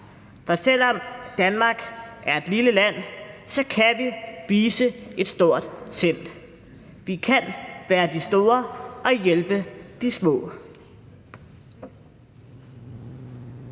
For selv om Danmark er et lille land, så kan vi vise et stort sind. Vi kan være de store og hjælpe de små.